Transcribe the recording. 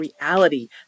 reality